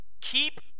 Keep